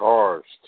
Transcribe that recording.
Cars